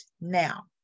now